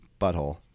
butthole